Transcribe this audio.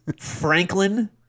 Franklin